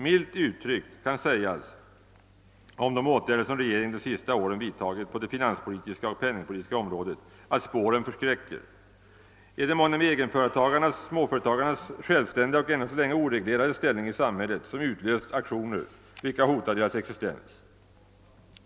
Milt uttryckt kan sägas om de åtgärder som regeringen de senaste åren vidtagit på det finanspolitiska och penningpolitiska området, att spåren förskräcker. Är det månne egenföretagarnasmåföretagarnas självständiga och ännu så länge oreglerade ställning i samhället som utlöst aktioner vilka hotar deras existens?